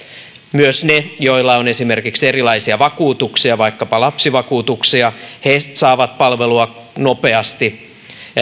myös ne joilla on esimerkiksi erilaisia vakuutuksia vaikkapa lapsivakuutuksia saavat palvelua nopeasti normaalisti